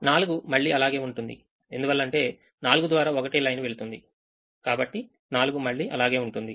4 మళ్లీ అలాగే ఉంటుందిఎందువల్ల అంటే 4 ద్వారా ఒకటే లైన్ వెళుతుంది కాబట్టి 4 మళ్లీ అలాగే ఉంటుంది